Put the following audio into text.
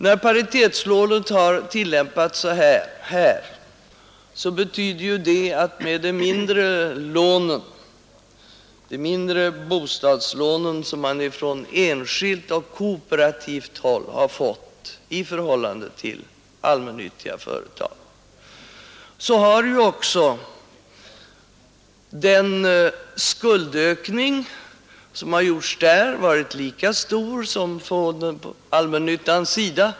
När paritetslånet har tillämpats betyder det, med de mindre bostadslånen som man på enskilt och kooperativt håll har fått i förhållande till allmännyttiga företag, att den skuldökning som förekommit där varit lika stor som på allmännyttans sida.